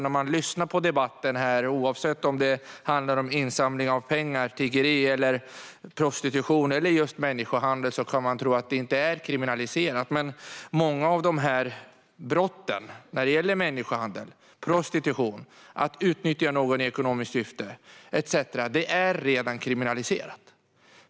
När man lyssnar på debatten här, oavsett om det handlar om insamling av pengar, tiggeri, prostitution eller just människohandel, kan man tro att detta inte är kriminaliserat, men många av brotten när det gäller människohandel, prostitution etcetera - att utnyttja någon i ekonomiskt syfte - är redan kriminaliserade.